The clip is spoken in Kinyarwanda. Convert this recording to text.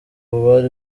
bari